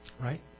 Right